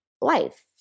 life